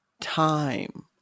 time